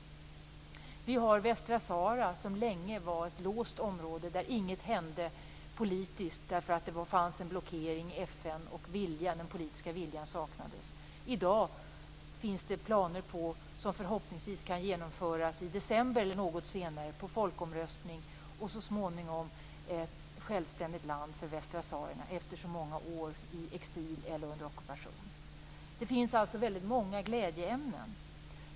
Vi har Västsahara, som länge var ett låst område där inget hände politiskt därför att det fanns en blockering i FN och den politiska viljan saknades. I dag finns det planer om folkomröstning, som förhoppningsvis kan genomföras i december eller något senare, och så småningom ett självständigt land för folket i Västsahara efter så många år i exil eller under ockupation. Det finns alltså väldigt många glädjeämnen.